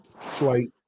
flight